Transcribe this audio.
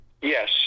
Yes